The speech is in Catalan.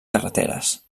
carreteres